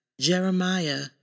Jeremiah